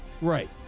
Right